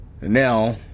now